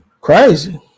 Crazy